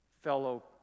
fellow